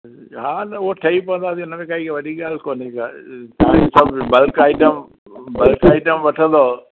हा त उहो ठही पवंदो अॼुकल्ह हिनमें काई वॾी ॻाल्हि कोन्हे का बल्क आईटम बल्क आईटम वठंदव